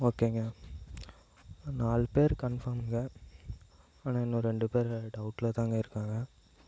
ஓகேங்க நால் பேர் கன்ஃபார்ம்ங்க ஆனால் இன்னும் ரெண்டு பேர் டவுட்லதாங்க இருக்காங்க